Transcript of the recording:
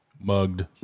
Mugged